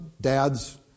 dads